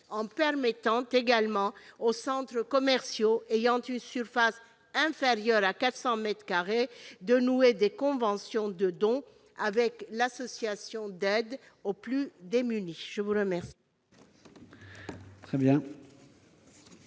en permettant également aux centres commerciaux d'une surface inférieure à 400 mètres carrés de nouer des conventions de don avec les associations d'aide aux plus démunis. Quel